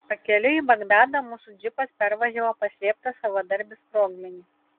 pakeliui į bagdadą mūsų džipas pervažiavo paslėptą savadarbį sprogmenį